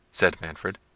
said manfred.